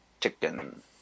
Chicken